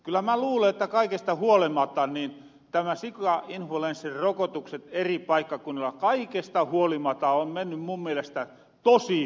kyllä mä luulen että kaikesta huolimata nämä sikainfluenssarokotukset eri paikkakunnilla kaikesta huolimata ovat menneet mun mielestäni tosi hyvin